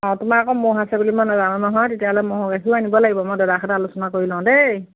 অঁ তোমাৰ আকৌ ম'হ আছে বুলি মই নাজানো নহয় তেতিয়াহ'লে ম'হৰ গাখীৰো আনিব লাগিব মই দাদাৰ সৈতে আলোচনা কৰি লওঁ দেই